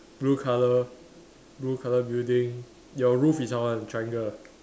blue colour blue colour building your roof is how one triangle